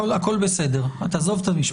הכול בסדר, תעזוב את המשפחה.